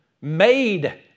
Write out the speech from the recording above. Made